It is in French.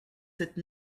sept